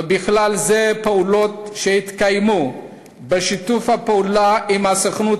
ובכלל זה פעולות שיתקיימו בשיתוף פעולה עם הסוכנות